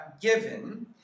given